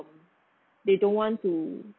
they don't want to